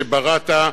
שבראת,